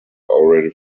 already